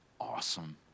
awesome